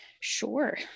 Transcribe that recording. Sure